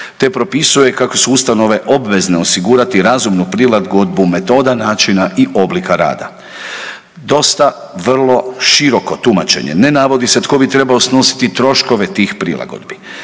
te propisuje kako su ustanove obvezne osigurati razumnu prilagodbu metoda načina i oblika rada. Dosta vrlo široko tumačenje, ne navodi se tko bi trebao snositi troškove tih prilagodbi.